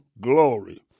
glory